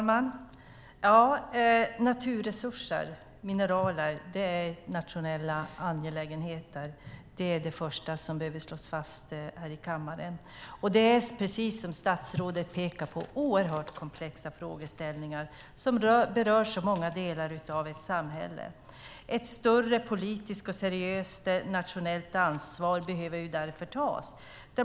Fru talman! Naturresurser och mineraler är nationella angelägenheter. Det är det första som behöver slås fast här i kammaren. Det är precis som statsrådet pekar på oerhört komplexa frågeställningar som berör så många delar av ett samhälle. Ett större politiskt och seriöst nationellt ansvar behöver därför tas.